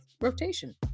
rotation